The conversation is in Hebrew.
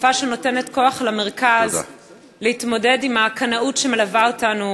שפה שנותנת כוח למרכז להתמודד עם הקנאות שמלווה אותנו